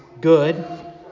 good